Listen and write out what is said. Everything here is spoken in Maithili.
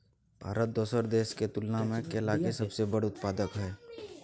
भारत दोसर देश के तुलना में केला के सबसे बड़ उत्पादक हय